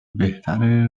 بهتره